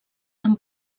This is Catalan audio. amb